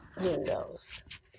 windows